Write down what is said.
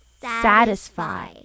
satisfy